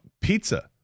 pizza